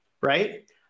right